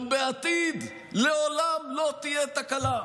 גם בעתיד לעולם לא תהיה תקלה.